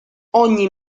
ogni